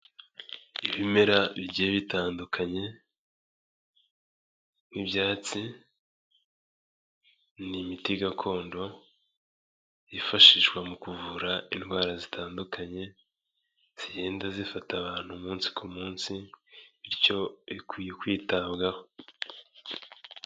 Ibimera bigiye bitandukanye nk'ibyatsi, ni imiti gakondo, yifashishwa mu kuvura indwara zitandukanye, zigenda zifata abantu umunsi ku munsi, bityo bikwiye kwitabwaho.